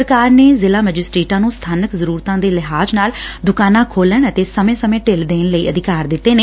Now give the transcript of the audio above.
ਸਰਕਾਰ ਨੇ ਜ਼ਿਲ਼ਾ ਮਜਿਸਟੇਰਟਾਂ ਨੂੰ ਸਬਾਨਕ ਜ਼ਰੁਰਤਾਂ ਦੇ ਲਿਹਾਜ਼ ਨਾਲ ਦੁਕਾਨਾਂ ਖੋਲ਼ਣ ਅਤੇ ਸਮੇਂ ਸਮੇਂ ਢਿੱਲ ਦੇਣ ਲਈ ਅਧਿਕਾਰ ਦਿੱਤੇ ਨੇ